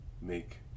make